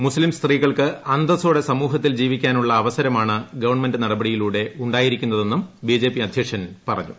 മുസ്തിം സ്ത്രീകൾക്ക് അന്തസ്സോടെ സമൂഹത്തിൽ ജീവിക്കാനുള്ള അവസരമാണ് ഗവൺമെന്റ് നടപടിയിലൂടെ ഉ ായിരിക്കുന്നതെന്നും ബി ജെ പി അധ്യക്ഷൻ പറഞ്ഞു